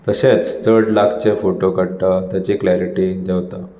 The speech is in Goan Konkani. तशेंच चडशे लागचे फोटो काडटा तेची क्लेरिटी देवता